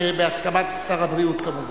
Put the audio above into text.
בהסכמת שר הבריאות, כמובן.